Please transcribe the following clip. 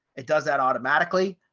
it does that automatically.